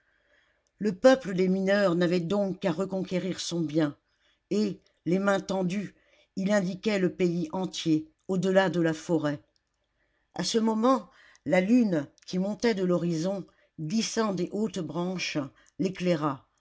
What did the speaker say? le peuple des mineurs n'avait donc qu'à reconquérir son bien et les mains tendues il indiquait le pays entier au-delà de la forêt a ce moment la lune qui montait de l'horizon glissant des hautes branches l'éclaira